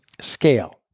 scale